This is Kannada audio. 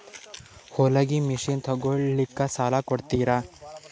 ಹೊಲಗಿ ಮಷಿನ್ ತೊಗೊಲಿಕ್ಕ ಸಾಲಾ ಕೊಡ್ತಿರಿ?